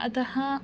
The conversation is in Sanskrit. अतः